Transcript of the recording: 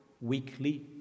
weekly